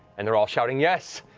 and they're all shouting, yes!